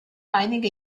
einige